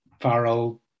Farrell